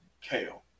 kale